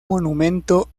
monumento